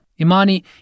Imani